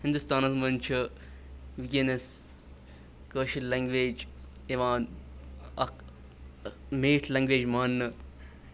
ہِندُستانَس منٛز چھِ وٕکٮ۪نَس کٲشِر لٮ۪نٛگویج یِوان اَکھ میٖٹھ لٮ۪نٛگویج مانٛنہٕ